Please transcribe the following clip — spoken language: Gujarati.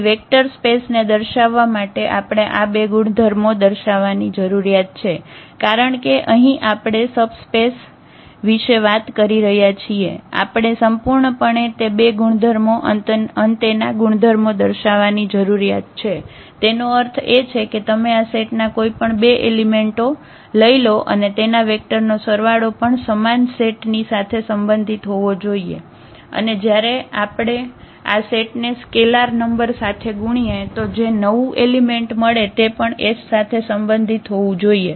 તેથી વેક્ટર સ્પેસ ને દર્શાવવા માટે આપણે આ બે ગુણધર્મો દર્શાવવા ની જરૂરિયાત છે કારણ કે અહીં આપણે સબસ્પેસ વિશે વાત કરી રહ્યા છીએ આપણે સંપૂર્ણપણે તે બે ગુણધર્મો અંતના ગુણધર્મો દર્શાવવા ની જરૂરિયાત છે તેનો અર્થ એ છે કે તમે આ સેટ ના કોઈપણ બે એલિમેન્ટો લઇ લો અને તેના વેક્ટર નો સરવાળો પણ સમાન સેટ ની સાથે સંબંધિત હોવો જોઈએ અને જયારે આપણે આ સેટ ને સ્કેલાર નંબર સાથે ગુણીએ તો જે નવું એલિમેન્ટ મળે તે પણ S સાથે સંબંધિત હોવું જોઈએ